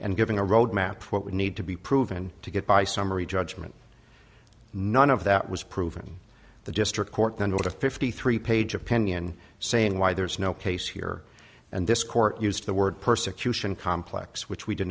and given a road map what would need to be proven to get by summary judgment none of that was proven the district court then or the fifty three page opinion saying why there's no case here and this court used the word persecution complex which we did